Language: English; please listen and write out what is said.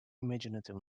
imaginative